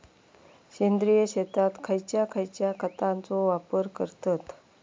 सेंद्रिय शेतात खयच्या खयच्या खतांचो वापर करतत?